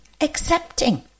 accepting